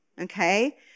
okay